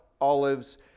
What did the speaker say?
Olives